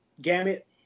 gamut